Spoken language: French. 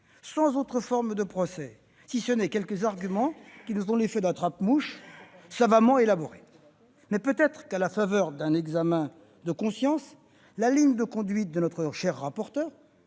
sans autre forme de procès, si ce n'est quelques arguments qui nous ont fait l'effet d'un attrape-mouche savamment élaboré. Mais peut-être qu'à la faveur d'un examen de conscience, notre cher rapporteur,